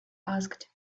asked